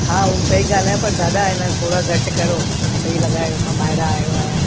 हा उहो सही ॻाल्हि आहे पर दादा एन थोरा घटि करो सही लॻायो मां ॿाहिरां आयो आहियां